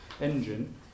engine